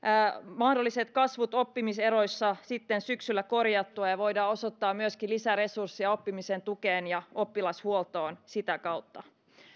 mahdolliset kasvut oppimiseroissa sitten syksyllä korjattua ja voimme osoittaa myöskin lisäresursseja oppimisen tukeen ja oppilashuoltoon sitä kautta